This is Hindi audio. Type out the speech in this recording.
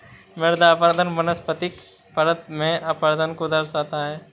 मृदा अपरदन वनस्पतिक परत में अपरदन को दर्शाता है